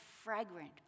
fragrant